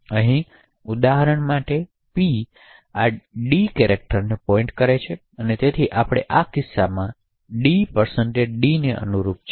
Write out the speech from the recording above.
તેથી અહીં ઉદાહરણ માટે પી આ ડી કૅરેકટરને પોઇન્ટ કરે છે અને તેથી આપણે આ કિસ્સામાં નિવેદન d d ને અનુરૂપ છે